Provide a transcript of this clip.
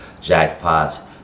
jackpots